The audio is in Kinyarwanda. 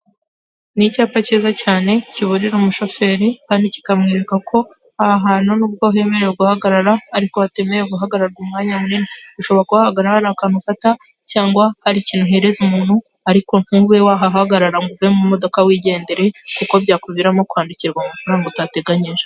Ni icyapa cyiza cyane kiburira umushoferi kandi kikamwereka ko aha hantu n'ubwo hemerewe guhagarara ariko hatemerewe guhagararwa umwanya munini. Ushobora kuhahagarara hari akantu ufata cyangwa hari ikintu uhereza umuntu, ariko ntube wahahagarara ngo uve mu modoka wigendere kuko byakuviramo kwandikirwa amafaranga utateganyije.